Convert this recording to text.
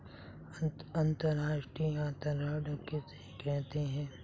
अंतर्राष्ट्रीय अंतरण किसे कहते हैं?